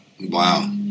Wow